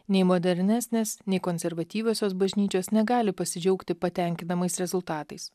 nei modernesnės nei konservatyviosios bažnyčios negali pasidžiaugti patenkinamais rezultatais